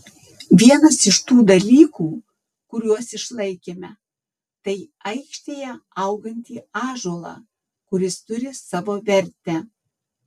vienas iš tų dalykų kuriuos išlaikėme tai aikštėje augantį ąžuolą kuris turi savo vertę